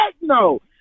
no